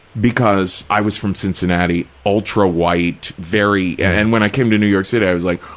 because i was from cincinnati, ultra white, very, and when i came to new york city, i was like,